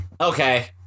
Okay